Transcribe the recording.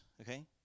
okay